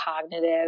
cognitive